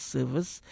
Service